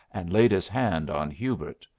and laid his hand on hubert.